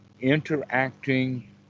interacting